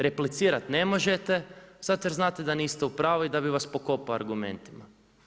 Replicirat ne možete zato jer znate da niste u pravu i da bi vas pokopao argumentima.